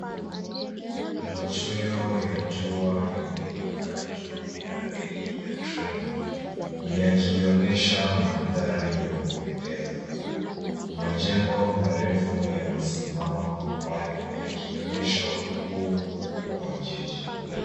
Machweo ya jua yamemulika juu ya reli ya treni, yakionesha mandhari ya kupendeza. Majengo marefu yamesimama kwa mbali, yakionesha ukuu wa jiji.